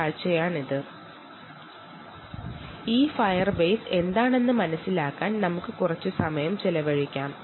ഇനി Firebase എന്താണെന്ന് മനസിലാക്കാൻ നമുക്ക് കുറച്ച് സമയം ചെലവഴിക്കാം